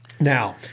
Now